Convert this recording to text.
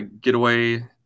getaway